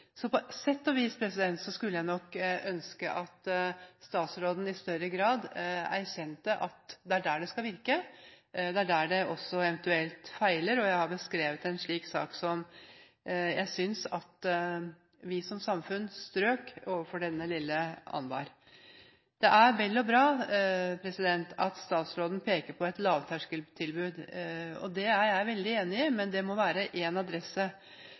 Så på sett og vis skulle jeg nok ønske at statsråden i større grad erkjente at det er der det skal virke, at det er der det eventuelt også feiler. Og jeg har beskrevet en slik sak – om lille Anbar – der jeg synes vi som samfunn strøk. Det er vel og bra at statsråden peker på et lavterskeltilbud. Det er jeg veldig enig i er bra, men det må være én adresse.